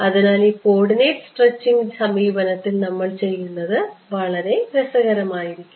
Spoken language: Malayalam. അതിനാൽ ഈ കോർഡിനേറ്റ് സ്ട്രെച്ചിംഗ് സമീപനത്തിൽ നമ്മൾ ചെയ്യുന്നത് വളരെ രസകരമായിരിക്കും